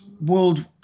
world